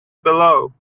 below